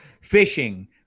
fishing